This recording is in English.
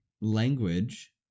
language